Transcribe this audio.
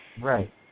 Right